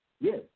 Yes